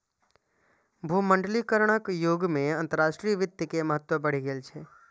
भूमंडलीकरणक युग मे अंतरराष्ट्रीय वित्त के महत्व बढ़ि गेल छै